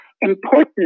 important